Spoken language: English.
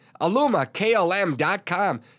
alumaklm.com